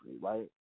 right